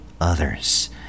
others